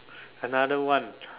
another one